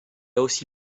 aussi